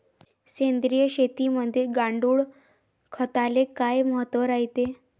सेंद्रिय शेतीमंदी गांडूळखताले काय महत्त्व रायते?